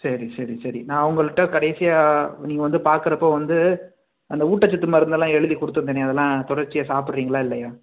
சரி சரி சரி நான் அவங்கள்ட்ட கடைசியாக நீங்கள் வந்து பார்க்குறப்போ வந்து அந்த ஊட்டச்சத்து மருந்தெல்லாம் எழுதி கொடுத்துருந்தனே அதெல்லாம் தொடர்ச்சியாக சாப்பிடுறிங்களா இல்லையா